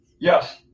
Yes